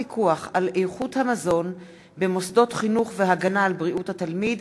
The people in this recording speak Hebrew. הצעת חוק הפיקוח על איכות המזון במוסדות חינוך והגנה על בריאות התלמיד,